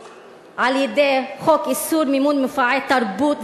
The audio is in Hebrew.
על-ידי חוק איסור מימון מופעי תרבות,